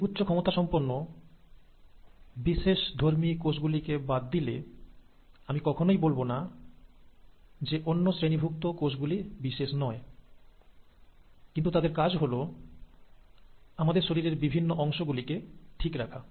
এই উচ্চ ক্ষমতা সম্পন্ন বিশেষ ধর্মী কোষগুলিকে বাদ দিলে আমি কখনই বলব না যে অন্য শ্রেণীভুক্ত কোষ গুলি বিশেষ নয় কিন্তু তাদের কাজ হলো আমাদের শরীরের বিভিন্ন অংশ গুলিকে ঠিক রাখা